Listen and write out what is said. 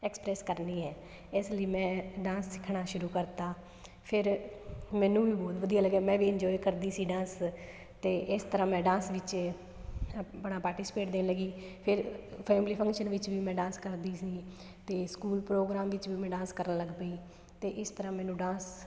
express ਕਰਨੀ ਹੈ ਇਸ ਲਈ ਮੈਂ ਡਾਂਸ ਸਿੱਖਣਾ ਸ਼ੁਰੂ ਕਰਤਾ ਫਿਰ ਮੈਨੂੰ ਵੀ ਬਹੁਤ ਵਧੀਆ ਲੱਗਿਆ ਮੈਂ ਵੀ ਇੰਜੋਏ ਕਰਦੀ ਸੀ ਡਾਂਸ ਅਤੇ ਇਸ ਤਰ੍ਹਾਂ ਮੈਂ ਡਾਂਸ ਵਿੱਚ ਆਪਣਾ ਪਾਰਟੀਸਪੇਟ ਦੇਣ ਲੱਗੀ ਫਿਰ ਫੈਮਲੀ ਫੰਕਸ਼ਨ ਵਿੱਚ ਵੀ ਮੈਂ ਡਾਂਸ ਕਰਦੀ ਸੀ ਅਤੇ ਸਕੂਲ ਪ੍ਰੋਗਰਾਮ ਵਿੱਚ ਵੀ ਮੈਂ ਡਾਂਸ ਕਰਨ ਲੱਗ ਪਈ ਅਤੇ ਇਸ ਤਰ੍ਹਾਂ ਮੈਨੂੰ ਡਾਂਸ